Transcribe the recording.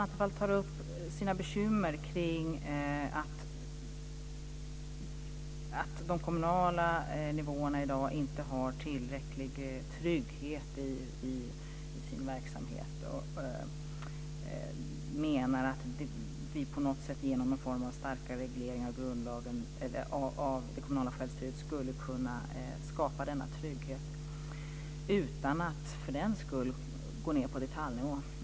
Stefan Attefall bekymrar sig för att de kommunala nivåerna i dag inte har tillräcklig trygghet i sin verksamhet och menar att vi på något sätt genom någon form av starkare reglering av det kommunala självstyret skulle kunna skapa denna trygghet utan att för den skull gå ned på detaljnivå.